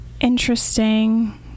interesting